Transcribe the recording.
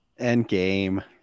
Endgame